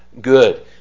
good